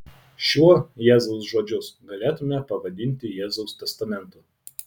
šiuo jėzaus žodžius galėtumėme pavadinti jėzaus testamentu